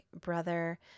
brother